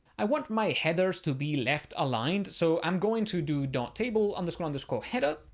i want my headers to be left aligned, so i'm going to do dot table underscore underscore header,